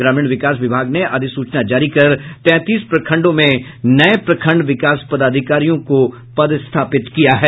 ग्रामीण विकास विभाग ने अधिसूचना जारी कर तैंतीस प्रखंडों में नये प्रखंड विकास पदाधिकारियों को पदस्थापित किया है